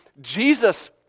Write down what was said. Jesus